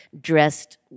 dressed